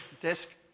desk